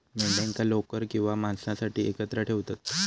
मेंढ्यांका लोकर किंवा मांसासाठी एकत्र ठेवतत